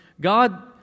God